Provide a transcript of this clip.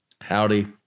Howdy